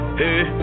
hey